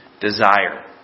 Desire